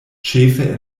ĉefe